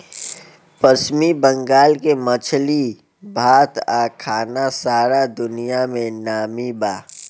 पश्चिम बंगाल के मछली भात आ खाना सारा दुनिया में नामी बा